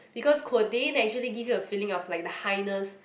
because codeine actually give you a feeling of like the highness